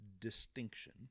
distinction